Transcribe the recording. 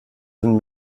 sind